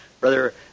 brother